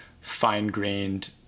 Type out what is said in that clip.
fine-grained